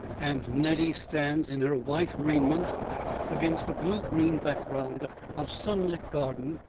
and nettie stands in her white raiment against a blue-green background of sunlit garden,